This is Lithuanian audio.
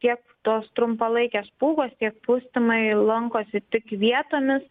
tiek tos trumpalaikės pūgos tiek pūstymai lankosi tik vietomis